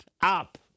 up